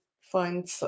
find